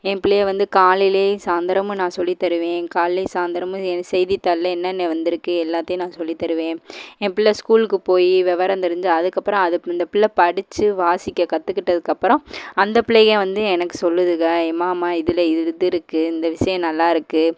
என் பிள்ளையை வந்து காலையிலயும் சாயந்தரமும் நான் சொல்லி தருவேன் காலைலையும் சாயந்தரமும் செய்தித்தாள்ல என்னென்ன வந்திருக்கு எல்லாத்தையும் நான் சொல்லி தருவேன் என் பிள்ளை ஸ்கூலுக்கு போய் விவரம் தெரிந்து அதுக்கப்புறம் அது இந்த பிள்ளை படித்து வாசிக்க கற்றுகிட்டதுக்கு அப்புறம் அந்த பிள்ளைகள் வந்து எனக்கு சொல்லுதுங்க எம்மாம்மா இதில் இது இருக்குது இந்த விசயம் நல்லா இருக்குது